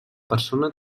persona